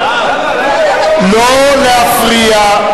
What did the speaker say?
לא להפריע.